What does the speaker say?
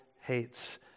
hates